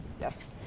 yes